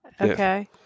Okay